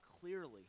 clearly